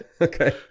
Okay